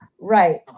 right